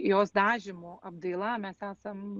jos dažymu apdaila mes esam